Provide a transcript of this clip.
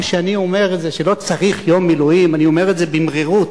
כשאני אומר שלא צריך יום מילואים אני אומר את זה במרירות.